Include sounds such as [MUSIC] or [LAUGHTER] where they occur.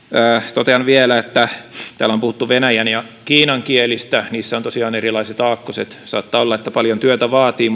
totean vielä että täällä on puhuttu venäjän ja kiinan kielistä niissä on tosiaan erilaiset aakkoset saattaa olla että paljon työtä vaatii [UNINTELLIGIBLE]